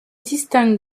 distingue